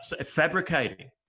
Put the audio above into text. fabricating